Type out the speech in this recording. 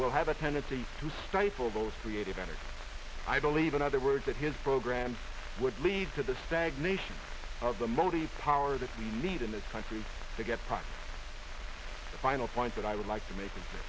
will have a tendency to stifle those creative energy i believe in other words that his programs would lead to the stagnation of the motive power that we need in this country to get past the final point that i would like to make and